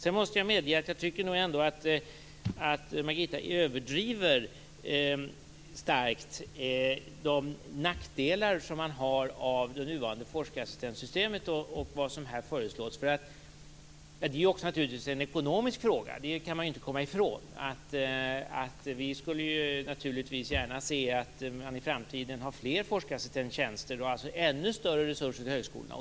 Jag måste medge att jag tycker att Margitta Edgren starkt överdriver de nackdelar som man har av det nuvarande forskarassistentsystemet och av vad som här föreslås. Det är också en ekonomisk fråga. Det kan vi inte komma ifrån. Vi skulle gärna se fler forskarassitenttjänster i framtiden och ännu större resurser till högskolorna.